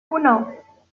uno